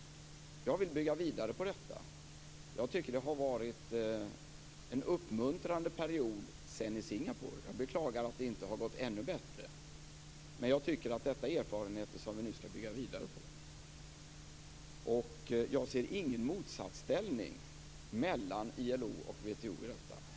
Jag vill bygga vidare på detta. Jag tycker att det har varit en uppmuntrande period sedan Singaporemötet. Jag beklagar att det inte har gått ännu bättre, men jag tycker att detta är erfarenheter som vi nu skall bygga vidare på. Jag ser heller ingen motsatsställning mellan ILO och WTO i detta.